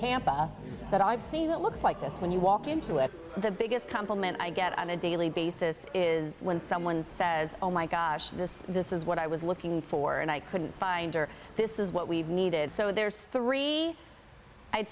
tampa that i've seen that looks like this when you walk into it the biggest compliment i get on a daily basis is when someone says oh my gosh this this is what i was looking for and i couldn't find or this is what we needed so there's three i